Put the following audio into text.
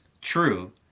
true